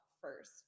first